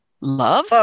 Love